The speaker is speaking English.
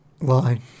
line